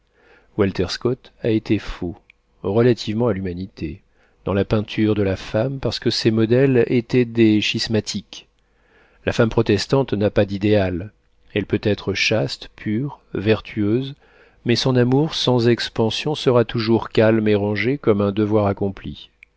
walter scott a été faux relativement à l'humanité dans la peinture de la femme parce que ses modèles étaient des schismatiques la femme protestante n'a pas d'idéal elle peut être chaste pure vertueuse mais son amour sans expansion sera toujours calme et rangé comme un devoir accompli